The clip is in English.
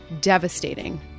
devastating